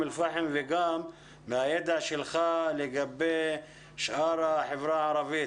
אל פאחם וגם מהידע שלך לגבי החברה הערבית.